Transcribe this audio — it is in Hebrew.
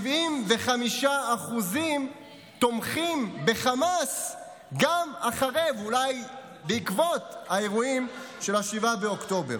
ו-75% תומכים בחמאס גם אחרי ואולי בעקבות האירועים של 7 באוקטובר.